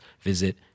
visit